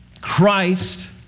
Christ